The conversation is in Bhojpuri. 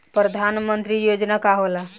परधान मंतरी योजना का होला?